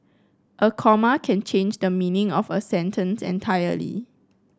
a comma can change the meaning of a sentence entirely